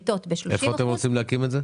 איפה אתם רוצים להקים את זה?